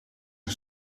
een